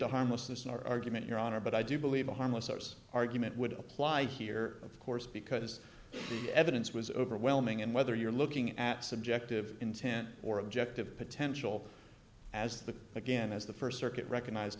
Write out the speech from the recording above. to harmlessness in our argument your honor but i do believe the harmless arse argument would apply here of course because the evidence was overwhelming and whether you're looking at subjective intent or objective potential as the again as the first circuit recognized